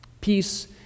Peace